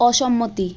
অসম্মতি